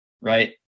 right